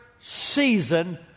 season